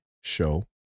show